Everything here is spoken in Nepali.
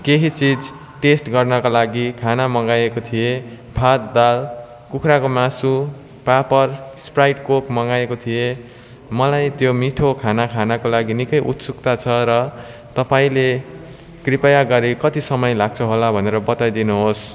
केही चिज टेस्ट गर्नका लागि खाना मँगाएको थिएँ भात दाल कुखुराको मासु पापड स्प्राइट कोक मँगाएको थिएँ मलाई त्यो मिठो खाना खानको लागि निक्कै उत्सुकता छ र तपाईँले कृपया गरी कति समय लाग्छ होला भनेर बताइदिनुहोस्